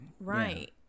right